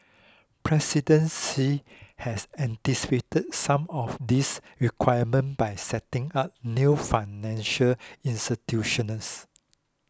President Xi has anticipated some of these requirements by setting up new financial institutions